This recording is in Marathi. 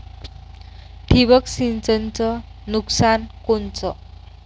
ठिबक सिंचनचं नुकसान कोनचं?